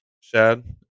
Shad